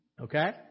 Okay